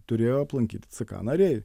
turėjo aplankyti ck nariai